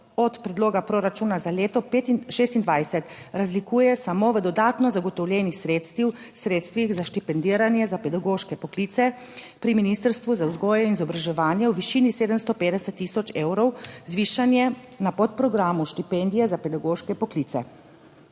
od predloga proračuna za leto 26 razlikuje samo v dodatno zagotovljenih sredstvih za štipendiranje za pedagoške poklice pri Ministrstvu za vzgojo in izobraževanje v višini 750000 evrov zvišanje na podprogramu Štipendije za pedagoške poklice.